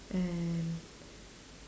and